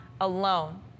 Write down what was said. alone